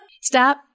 Stop